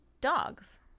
dogs